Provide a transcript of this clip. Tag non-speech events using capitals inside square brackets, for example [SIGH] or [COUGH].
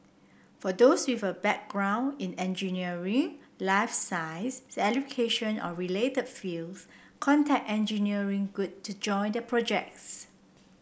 for those with a background in engineering life [UNINTELLIGIBLE] or related fields contact Engineering Good to join the projects